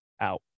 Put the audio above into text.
out